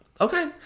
Okay